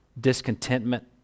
discontentment